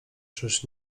czyż